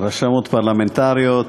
רשמות פרלמנטריות,